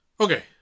Okay